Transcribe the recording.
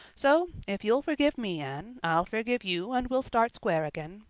so if you'll forgive me, anne, i'll forgive you and we'll start square again.